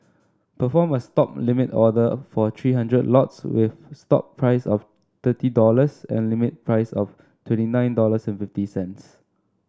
perform a stop limit order for three hundred lots with stop price of thirty dollars and limit price of twenty nine dollars and fifty cents